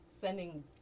sending